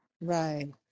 Right